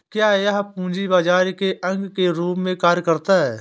क्या यह पूंजी बाजार के अंग के रूप में कार्य करता है?